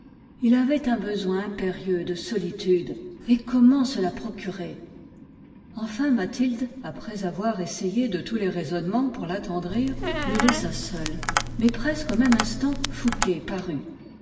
il avait un besoin impérieux de solitude et comment se la procurer enfin mathilde après avoir essayé de tous les raisonnements pour l'attendrir le laissa seul mais presque au même instant fouqué parut